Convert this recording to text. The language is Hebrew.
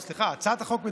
סליחה, הצעת החוק מדברת,